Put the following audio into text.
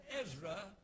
Ezra